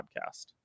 podcast